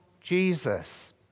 Jesus